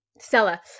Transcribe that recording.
Stella